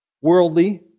worldly